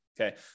Okay